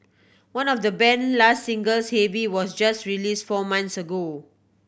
one of the band last singles Heavy was just release four months ago